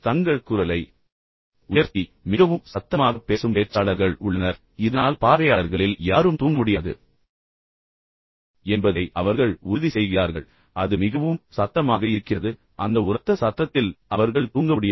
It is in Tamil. தங்கள் குரலை உயர்த்தி மிகவும் சத்தமாகப் பேசும் பேச்சாளர்கள் உள்ளனர் இதனால் பார்வையாளர்களில் யாரும் தூங்க முடியாது என்பதை அவர்கள் உறுதிசெய்கிறார்கள் அது மிகவும் சத்தமாக இருக்கிறது அந்த உரத்த சத்தத்தில் அவர்கள் தூங்க முடியாது